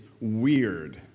weird